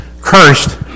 cursed